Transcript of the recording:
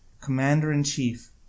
commander-in-chief